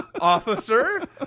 officer